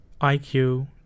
IQ